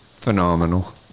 Phenomenal